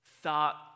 thought